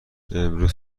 امروز